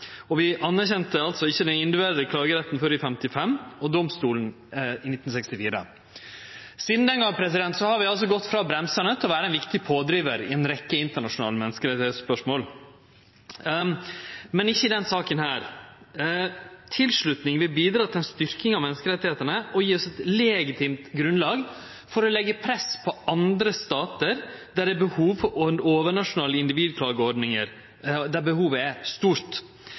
og vi anerkjente altså ikkje den individuelle klageretten før i 1955, og domstolen i 1964. Sidan den gongen har vi altså gått frå å vere bremsande til å vere ein viktig pådrivar i ei rekkje internasjonale menneskerettsspørsmål – men ikkje i denne saka. Ei tilslutning vil bidra til ei styrking av menneskerettane og gje oss eit legitimt grunnlag for å leggje press på andre statar der behovet for overnasjonale individklageordningar er stort. Det vil ikkje minst bidra til å styrkje FNs konvensjonsorgan, og det er